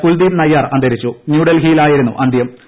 കുൽദീപ് നയ്യാർ ന്യൂഡൽഹിയിലായിരുന്നു അന്ത്യാ